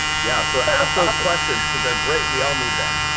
yeah, so ask those questions, because they're great. we all need them.